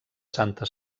santa